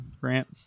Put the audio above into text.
grant